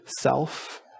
self